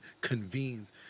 convenes